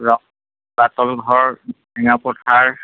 তলাতল ঘৰ জেৰেঙা পথাৰ